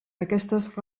aquestes